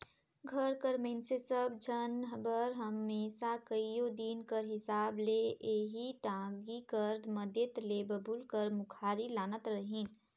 घर कर मइनसे सब झन बर हमेसा कइयो दिन कर हिसाब ले एही टागी कर मदेत ले बबूर कर मुखारी लानत रहिन